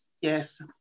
Yes